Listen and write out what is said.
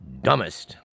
Dumbest